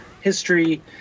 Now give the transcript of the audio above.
History